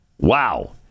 Wow